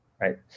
right